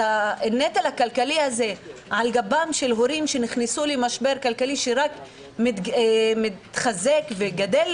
את הנטל הכלכלי הזה על גב הורים שנכנסו למשבר כלכלי שרק מתחזק וגדל,